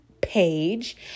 page